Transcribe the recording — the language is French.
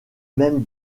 même